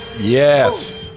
Yes